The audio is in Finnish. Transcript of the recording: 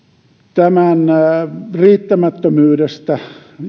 tämän riittämättömyydestä